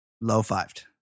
Low-fived